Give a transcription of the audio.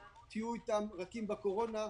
תהיו איתם רכים בתקופת הקורונה.